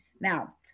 Now